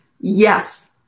Yes